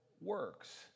works